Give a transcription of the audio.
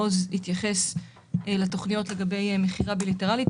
עוז לוי התייחס לתוכניות לגבי מכירה בילטרלית.